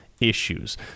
issues